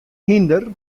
hynder